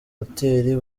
hotel